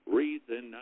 reason